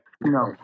No